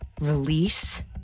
Release